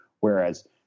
Whereas